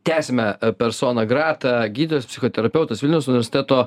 tęsime persona grata gydosi psichoterapeutas vilniaus universiteto